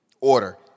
order